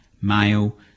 male